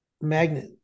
magnet